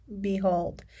behold